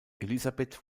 elisabeth